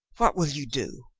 what will you do?